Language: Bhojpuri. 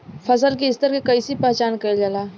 फसल के स्तर के कइसी पहचानल जाला